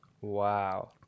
wow